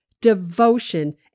devotion